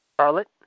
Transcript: Charlotte